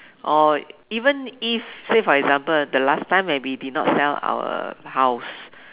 or even if say for example the last time where we did not sell our house